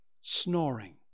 snoring